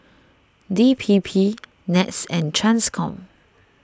D P P NETS and Transcom